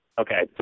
Okay